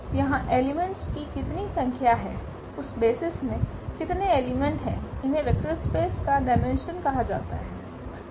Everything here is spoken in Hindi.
तो यहां एलिमेंट्स की कितनी संख्या हैं उस बेसिस में कितने एलिमेंट हैं इन्हें वेक्टर स्पेस का डायमेंशन कहा जाता है